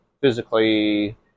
physically